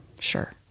sure